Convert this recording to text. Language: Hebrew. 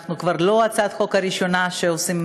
זו כבר לא הצעת החוק הראשונה שאנחנו